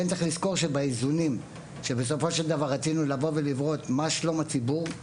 צריך לזכור שבאיזונים שבסופו של דבר רצינו לדאוג לשלום הציבור,